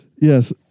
Yes